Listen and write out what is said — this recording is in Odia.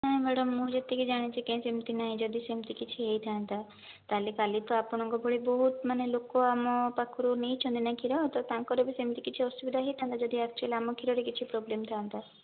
ହଁ ମାଡ଼ାମ ମୁଁ ଯେତିକି ଜାଣିଛି କାଇଁ ସେମିତି ନାହିଁ ଯଦି ସେମିତି କିଛି ହୋଇଥାନ୍ତା ତାହେଲେ କାଲି ତ ଆପଣଙ୍କ ଭଳି ବହୁତ ମାନେ ଲୋକ ଆମ ପାଖରୁ ନେଇଛନ୍ତି ନା କ୍ଷୀର ତ ତାଙ୍କର ବି ସେମିତି କିଛି ଅସୁବିଧା ହୋଇଥାନ୍ତା ଯଦି ଆକଚୋଲୀ ଆମ କ୍ଷୀରରେ କିଛି ପ୍ରୋବ୍ଲେମ ଥାନ୍ତା